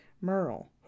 Merle